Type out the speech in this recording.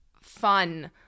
fun